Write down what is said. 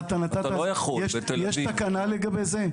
יש תקנה לגבי זה?